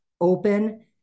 open